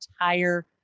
entire